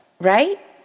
Right